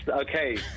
Okay